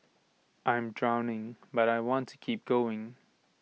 I am drowning but I want to keep going